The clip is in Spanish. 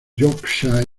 yorkshire